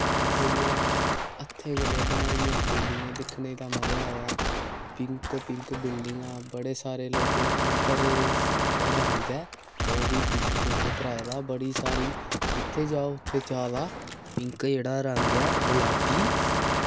उत्थै इ'यां हत्थे कन्नै बनाई दि'यां बिल्डिंगां दिक्खने दा मजा आया पिंक पिंक बिल्डिंगां बड़े सारे लोकें अपने घरे दी रंग ऐ ओह् बी पिंक पिंक कराए दा बड़ी सारी जित्थै जाओ उत्थै जैदा पिंक जेह्ड़ा रंग ऐ गुलाबी